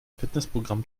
fitnessprogramm